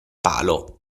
palo